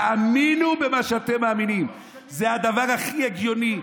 תאמינו במה שאתם מאמינים, זה הדבר הכי הגיוני.